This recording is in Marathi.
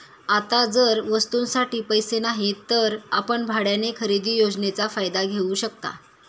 आता जर वस्तूंसाठी पैसे नाहीत तर आपण भाड्याने खरेदी योजनेचा फायदा घेऊ शकता